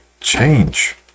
change